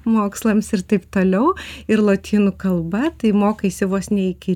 mokslams ir taip toliau ir lotynų kalba tai mokaisi vos ne iki